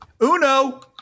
Uno